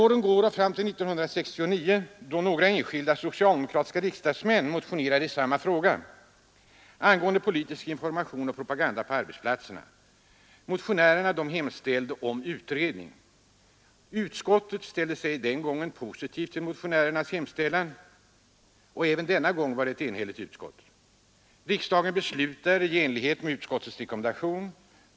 Åren går, fram till 1969, då några enskilda socialdemokratiska riksdagsmän motionerade i samma fråga angående politisk information och propaganda på arbetsplatserna. Motionärerna hemställde om utredning. Utskottet ställde sig den gången positivt till motionärernas hemställan. Även denna gång var det ett enhälligt utskott. Riksdagen beslutade i enlighet med utskottets rekommendation.